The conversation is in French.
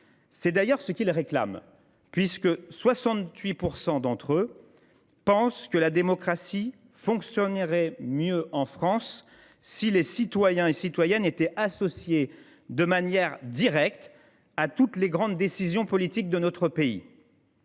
C’est d’ailleurs ce qu’ils réclament. En effet, 68 % d’entre eux pensent que « la démocratie fonctionnerait mieux en France si les citoyens étaient associés de manière directe à toutes les grandes décisions politiques ». Alors